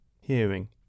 hearing